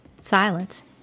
Silence